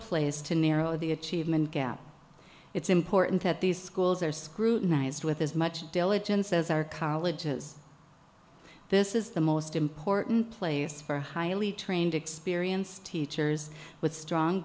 place to narrow the achievement gap it's important that these schools are scrutinised with as much diligence as our colleges this is the most important place for highly trained experienced teachers with strong